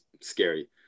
scary